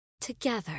together